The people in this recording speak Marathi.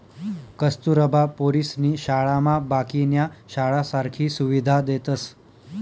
कस्तुरबा पोरीसनी शाळामा बाकीन्या शाळासारखी सुविधा देतस